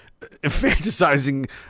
fantasizing